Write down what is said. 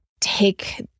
take